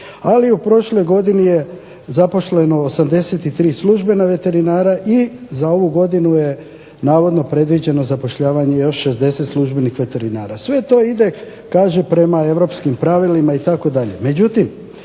ali u prošloj godini je zaposleno 83 službena veterinara i za ovu godinu je navodno predviđeno zapošljavanje još 60 službenih veterinara. Sve to ide kaže prema europskim pravilima itd.